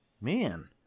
man